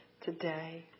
today